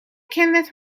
kenneth